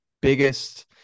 biggest